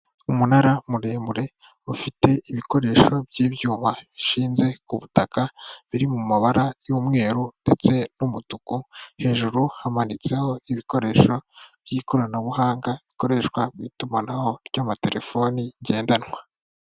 Umunara muremure ufite ibikoresho by'ibyuma bishinze ku butaka biri mu mabara y'umweru ndetse n'umutuku, hejuru hamanitseho ibikoresho by'ikoranabuhanga bikoreshwa mu itumanaho ry'amaterefoni ngendanwa.